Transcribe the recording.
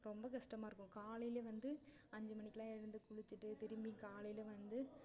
ரொம்ப கஷ்டமா இருக்கும் காலையிலேயே வந்து அஞ்சு மணிக்கெல்லாம் எழுந்து குளித்துட்டு திரும்பி காலையில் வந்து